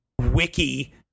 wiki